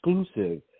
exclusive